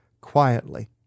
quietly